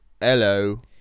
Hello